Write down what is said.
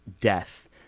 death